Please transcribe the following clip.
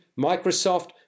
Microsoft